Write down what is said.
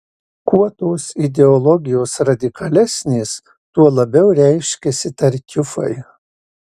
kuo tos ideologijos radikalesnės tuo labiau reiškiasi tartiufai